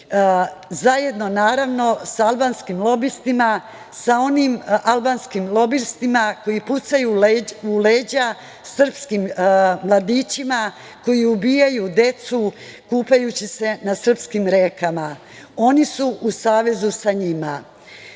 sa onim albanskim lobistima koji pucaju u leđa srpskim mladićima koji ubijaju decu, kupajući se na srpskim rekama, oni su u savezu sa njima. Dragan